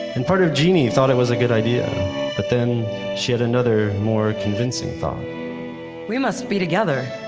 and part of genie thought it was a good idea, but then she had another more convincing thought we must be together.